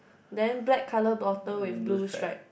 then black colour bottom with blue stripe